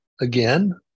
again